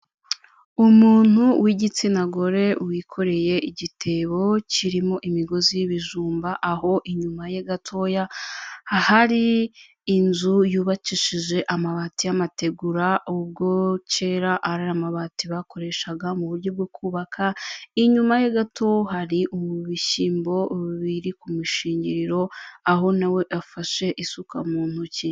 Umuntu w'igitsina gore wikoreye igitebo kirimo imigozi y'ibijumba, aho inyuma ye gatoya hari inzu yubakishije amabati y'amategura, ubwo kera ari amabati bakoreshaga mu buryo bwo kubaka, inyuma ye gato hari ibishyimbo biri ku mishingiriro, aho nawe afashe isuka mu ntoki.